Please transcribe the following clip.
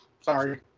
sorry